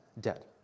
Dead